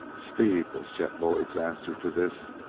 speed! was chet bullard's answer to this,